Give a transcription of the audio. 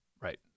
right